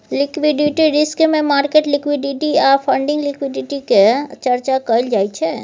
liquidity risk मे market liquidity आ funding liquidity के चर्चा कएल जाइ छै